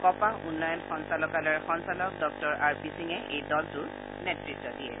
কপাহ উন্নয়ন সঞ্চালকালয়ৰ সঞ্চালক ডঃ আৰ পি সিঙে এই দলটোৰ নেত়ত্ব দিয়ে